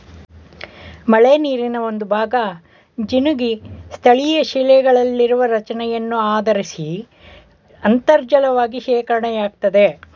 ಮಳೆನೀರಿನ ಒಂದುಭಾಗ ಜಿನುಗಿ ಸ್ಥಳೀಯಶಿಲೆಗಳಲ್ಲಿರುವ ರಚನೆಯನ್ನು ಆಧರಿಸಿ ಅಂತರ್ಜಲವಾಗಿ ಶೇಖರಣೆಯಾಗ್ತದೆ